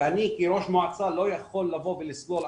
אני בתור ראש מועצה לא יכול לבוא ולסבול עכשיו,